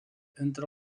entre